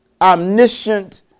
omniscient